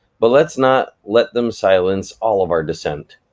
but let's not let them silence all of our dissent,